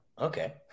okay